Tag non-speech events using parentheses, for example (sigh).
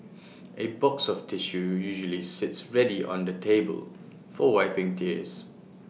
(noise) A box of tissue usually sits ready on the table for wiping tears